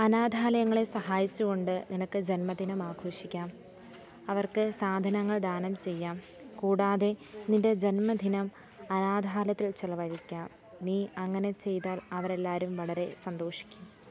അനാഥാലയങ്ങളെ സഹായിച്ചുകൊണ്ട് നിനക്ക് ജന്മദിനം ആഘോഷിക്കാം അവർക്ക് സാധനങ്ങൾ ദാനം ചെയ്യാം കൂടാതെ നിന്റെ ജന്മദിനം അനാഥാലയത്തിൽ ചെലവഴിക്കാം നീ അങ്ങനെ ചെയ്താൽ അവർ എല്ലാവരും വളരെ സന്തോഷിക്കും